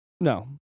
No